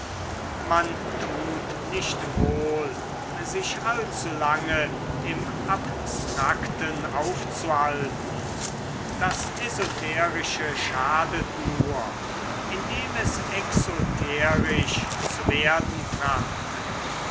man tut nicht wohl sich allzulange im abstrakten aufzuhalten das esoterische schadet nur indem es exoterisch zu werden trachtet